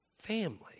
family